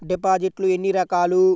డిపాజిట్లు ఎన్ని రకాలు?